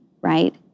right